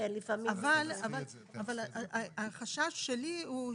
אבל החשש שלי הוא,